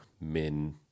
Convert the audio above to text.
men